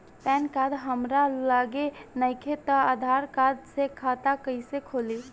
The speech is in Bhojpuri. पैन कार्ड हमरा लगे नईखे त आधार कार्ड से खाता कैसे खुली?